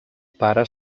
pare